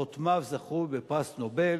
חותמיו זכו בפרס נובל,